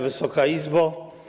Wysoka Izbo!